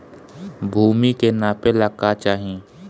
भूमि के नापेला का चाही?